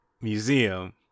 museum